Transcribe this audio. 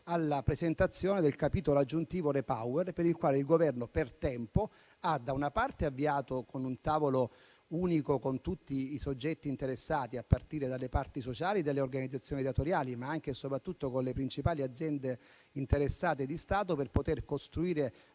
alla presentazione del capitolo aggiuntivo REPowerEU, per il quale il Governo ha per tempo avviato un tavolo unico con tutti i soggetti interessati, a partire dalle parti sociali e dalle organizzazioni datoriali, ma anche e soprattutto con le principali aziende di Stato interessate, per poter costruire